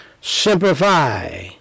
Simplify